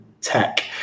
tech